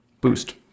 boost